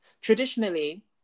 Traditionally